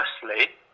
Firstly